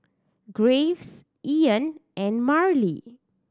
Graves Ian and Merle